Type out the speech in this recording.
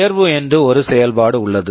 உயர்வு என்று ஒரு செயல்பாடு உள்ளது